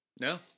No